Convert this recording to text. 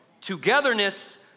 Togetherness